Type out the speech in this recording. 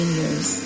years